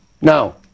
now